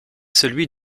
celui